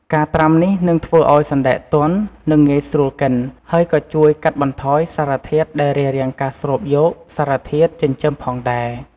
ការត្រាំនេះនឹងធ្វើឱ្យសណ្តែកទន់ និងងាយស្រួលកិន ហើយក៏ជួយកាត់បន្ថយសារធាតុដែលរារាំងការស្រូបយកសារធាតុចិញ្ចឹមផងដែរ។